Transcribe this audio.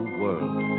world